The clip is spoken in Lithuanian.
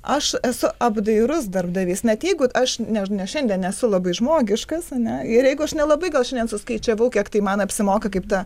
aš esu apdairus darbdavys net jeigu aš ne ne šiandien esu labai žmogiškas ane ir jeigu aš nelabai gal šiandien suskaičiavau kiek tai man apsimoka kaip ta